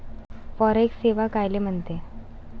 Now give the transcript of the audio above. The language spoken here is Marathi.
फॉरेक्स सेवा कायले म्हनते?